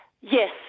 Yes